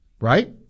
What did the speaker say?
right